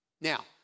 Now